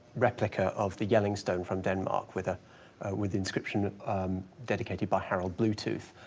replica of the jelling stone from denmark with ah with the inscription dedicated by harald bluetooth.